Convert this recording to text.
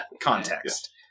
context